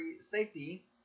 safety